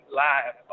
live